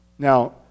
Now